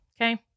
Okay